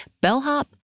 bellhop